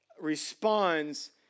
responds